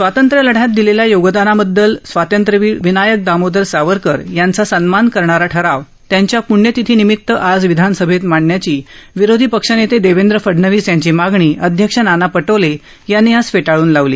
स्वातंत्र्यलढ्यात दिलेल्या योगदानाबददल स्वातंत्र्यवीर विनायक दामोदर सावरकर यांचा सन्मान करणारा ठराव त्यांच्या पृण्यतिथी निमित आज विधानसभेत मांडण्याची विरोधी पक्षनेते देवेंद्र फडणवीस यांची मागणी अध्यक्ष नाना पटोले यांनी आज फेटाळन लावली